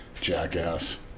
Jackass